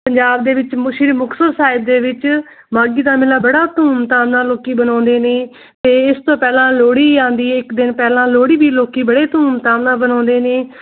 ਪੰਜਾਬ ਦੇ ਵਿੱਚ ਸ੍ਰੀ ਮੁਕਤਸਰ ਸਾਹਿਬ ਦੇ ਵਿੱਚ ਮਾਘੀ ਦਾ ਮੇਲਾ ਬੜਾ ਧੂਮਧਾਮ ਨਾਲ ਲੋਕੀ ਮਨਉਂਦੇ ਨੇ ਤੇ ਇਸ ਤੋਂ ਪਹਿਲਾਂ ਲੋਹੜੀ ਆਂਦੀ ਏ ਇੱਕ ਦਿਨ ਪਹਿਲਾਂ ਲੋਹੜੀ ਵੀ ਲੋਕੀ ਬੜੇ ਧੂਮਧਾਮ ਨਾਲ ਮਨਾਉਂਦੇ ਨੇ